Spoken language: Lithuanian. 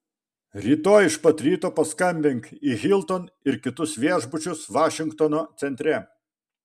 rytoj iš pat ryto paskambink į hilton ir kitus viešbučius vašingtono centre